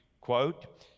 quote